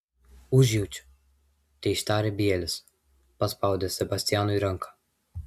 užjaučiu teištarė bielis paspaudęs sebastianui ranką